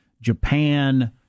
Japan